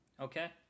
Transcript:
Okay